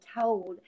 told